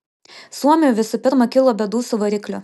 suomiui visų pirma kilo bėdų su varikliu